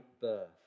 birth